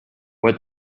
what